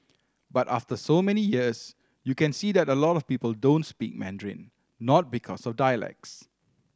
but after so many years you can see that a lot of people don't speak Mandarin not because of dialects